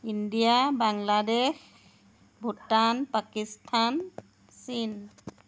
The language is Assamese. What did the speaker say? ইণ্ডিয়া বাংলাদেশ ভূটান পাকিস্তান চীন